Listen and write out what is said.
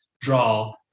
draw